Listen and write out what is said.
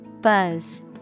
Buzz